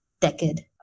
decade